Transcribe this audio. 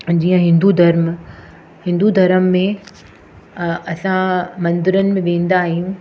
जीअं हिदूं धरम हिन्दू धर्म में असां मन्दरनि में वेंदा आहियूं